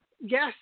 yes